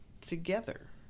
together